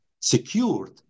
secured